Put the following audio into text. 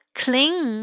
clean